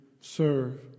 serve